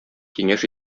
киңәш